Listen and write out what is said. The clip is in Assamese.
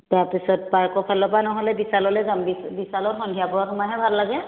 তাৰপিছত পাৰ্কৰ ফালৰ পৰা নহ'লে বিশাললে যাম বিশালত সন্ধিয়া পৰত সোমায়েই ভাল লাগে